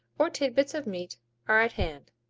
or tidbits of meat are at hand,